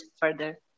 further